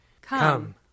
Come